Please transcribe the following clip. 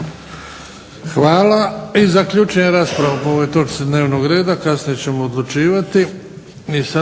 Hvala. I zaključujem raspravu po ovoj točci dnevnog reda, kasnije ćemo odlučivati.